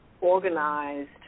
organized